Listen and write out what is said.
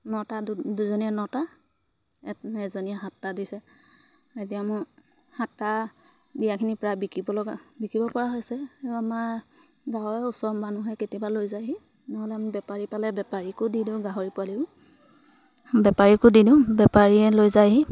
নটা দুজনীয়ে নটা এ এজনীয়ে সাতটা দিছে এতিয়া মোক সাতটা দিয়াখিনি প্ৰায় বিকিব লগা বিকিব পৰা হৈছে আমাৰ গাঁৱে ওচৰৰ মানুহে কেতিয়াবা লৈ যায়হি নহ'লে আমি বেপাৰী পালে বেপাৰীকো দি দিওঁ গাহৰি পোৱালি বেপাৰীকো দি দিওঁ বেপাৰীয়ে লৈ যায়হি